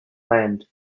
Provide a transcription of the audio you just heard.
land